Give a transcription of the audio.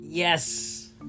Yes